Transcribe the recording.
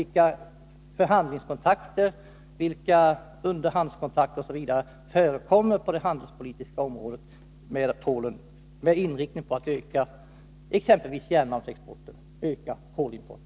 Vilka underhandskontakter, förhandlingskontakter osv. på det handelspolitiska området förekommer när det gäller Polen, med inriktning på att exempelvis öka järnmalmsexporten eller kolimporten?